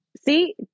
see